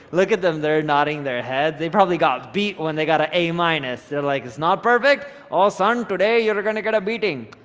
look at them. they're nodding their heads. they probably got beat when they got an a minus. there's like, it's not perfect? oh, son, today, you're gonna get a beating.